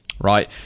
right